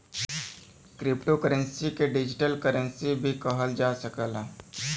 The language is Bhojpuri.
क्रिप्टो करेंसी के डिजिटल करेंसी भी कहल जा सकला